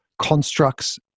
constructs